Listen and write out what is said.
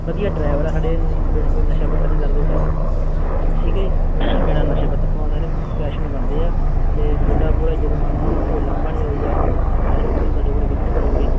ਵਧੀਆ ਡਰਾਈਵਰ ਆ ਸਾਡੇ ਕੋਈ ਨਸ਼ਾ ਪਤਾ ਨਹੀਂ ਕਰਦੇ ਸਭ ਠੀਕ ਹੈ ਜੀ ਬਿਨਾਂ ਨਸ਼ੇ ਪੱਤੇ ਤੋਂ ਆ ਸਾਰੇ ਵੈਸ਼ਨੂੰ ਬੰਦੇ ਆ ਅਤੇ ਤੁਹਾਡਾ ਪੂਰਾ ਜਜਮਾਨ ਹੋਣਗੇ ਕੋਈ ਉਲਾਂਭਾ ਨਹੀਂ ਆਊਗਾ ਗਹਾਂ ਨੂੰ ਵੀ ਤੁਸੀਂ ਸਾਡੇ ਕੋਲ ਵਿਜ਼ਿਟ ਕਰੋਗੇ